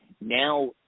Now